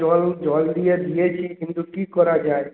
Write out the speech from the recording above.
জল জল দিয়ে দিয়েছি কিন্তু কী করা যায়